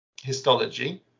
histology